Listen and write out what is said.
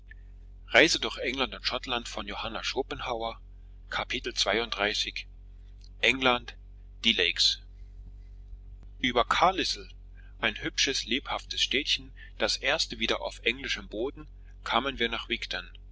lakes über carlisle ein hübsches lebhaftes städtchen das erste wieder auf englischem boden kamen wir nach wigton